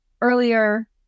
earlier